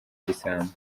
igisambo